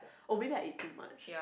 oh maybe I eat too much